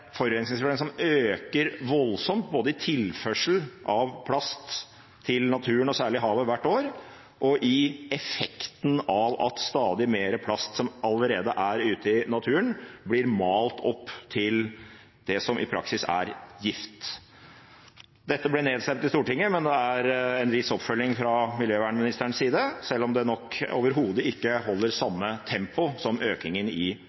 som øker voldsomt, både i tilførsel av plast til naturen og særlig havet hvert år og i effekten av at stadig mer plast som allerede er ute i naturen, blir malt opp til det som i praksis er gift. Dette ble nedstemt i Stortinget, men det er en viss oppfølging fra miljøministerens side – selv om det overhodet ikke holder samme tempo som økningen i